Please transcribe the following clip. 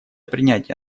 принятия